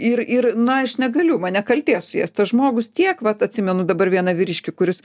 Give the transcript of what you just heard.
ir ir na aš negaliu mane kaltė suės tas žmogus tiek vat atsimenu dabar vieną vyriškį kuris